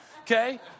okay